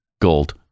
Gold